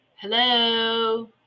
Hello